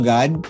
God